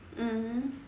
mmhmm